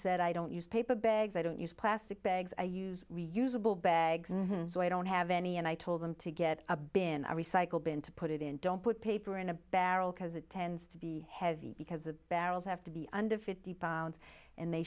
said i don't use paper bags i don't use plastic bags a use the usable bags so i don't have any and i told them to get a bin i recycle bin to put it in don't put paper in a barrel because it tends to be heavy because the barrels have to be under fifty pounds and they